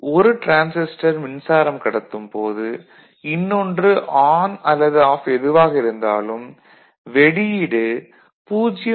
ஒரு டிரான்சிஸ்டர் மின்சாரம் கடத்தும் போது இன்னொன்று ஆன் அல்லது ஆஃப் எதுவாக இருந்தாலும் வெளியீடு 0